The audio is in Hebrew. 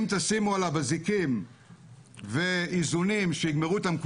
אם תשימו עליו אזיקים ואיזונים שיגמרו איתם,